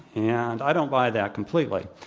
and i don't buy that completely.